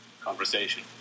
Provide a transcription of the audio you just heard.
conversation